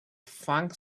funk